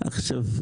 המשפטי.